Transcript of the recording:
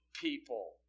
people